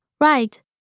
Right